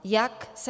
Jak se